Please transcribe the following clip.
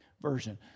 version